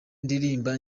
ndirimba